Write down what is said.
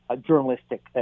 journalistic